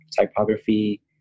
typography